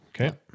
okay